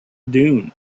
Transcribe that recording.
dune